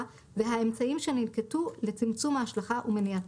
והאמצעים שננקטו לצמצום ההשלכה ומניעתה.